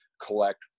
collect